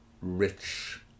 rich